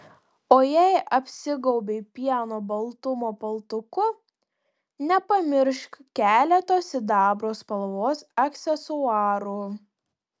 o jei apsigaubei pieno baltumo paltuku nepamiršk keleto sidabro spalvos aksesuarų